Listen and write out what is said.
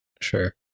sure